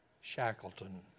Shackleton